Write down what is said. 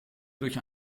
durch